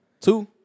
Two